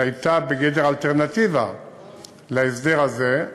שהייתה בגדר אלטרנטיבה להסדר הזה,